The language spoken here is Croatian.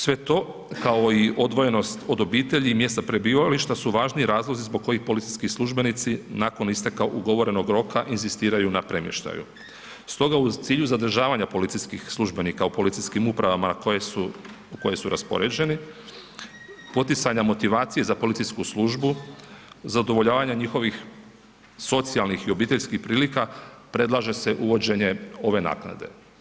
Sve to kao i odvojenost od obitelji i mjesta prebivališta su važni razlozi zbog kojih policijski službenici nakon isteka ugovorenog roka inzistiraju na premještaju stoga u cilju zadržavanja policijskih službenika u policijskim uprava u koje su raspoređeni, poticanja motivacije za policijsku službu, zadovoljavanje njihovih socijalnih i obiteljskih prilika, predlaže se uvođenje ove naknade.